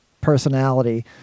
personality